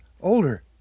older